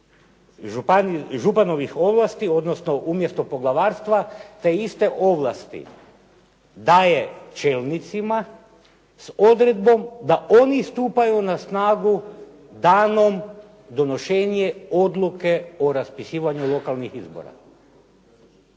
županovih ovlasti, odnosno umjesto poglavarstva te iste ovlasti daje čelnicima s odredbom da oni stupaju na snagu donošenja odluke o raspisivanju lokalnih izbora.